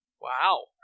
Wow